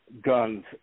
guns